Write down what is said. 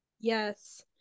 Yes